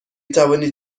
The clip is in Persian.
توانید